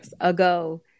ago